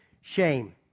Shame